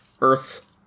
Earth